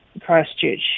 Christchurch